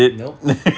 nope